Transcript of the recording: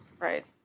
Right